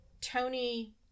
Tony